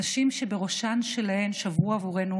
הנשים שבראשן שלהן שברו עבורנו